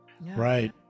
Right